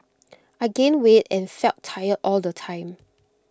I gained weight and felt tired all the time